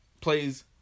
plays